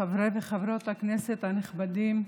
חברי וחברות הכנסת הנכבדים,